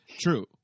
True